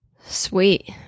Sweet